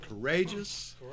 Courageous